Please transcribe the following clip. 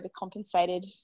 overcompensated